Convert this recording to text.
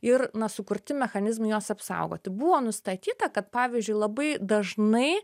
ir na sukurti mechanizmai juos apsaugoti buvo nustatyta kad pavyzdžiui labai dažnai